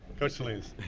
coach salinas.